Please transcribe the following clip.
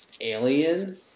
alien